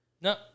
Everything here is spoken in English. No